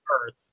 earth